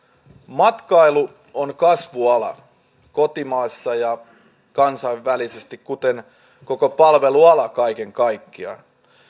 matkailu on kasvuala kotimaassa ja kansainvälisesti kuten koko palveluala kaiken kaikkiaan